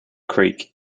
creek